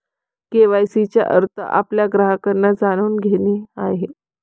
KYC चा अर्थ आपल्या ग्राहकांना जाणून घेणे आहे